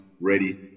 ready